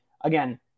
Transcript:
Again